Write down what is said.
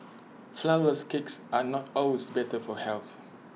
Flourless Cakes are not always better for health